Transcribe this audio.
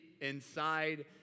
inside